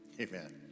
Amen